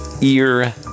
ear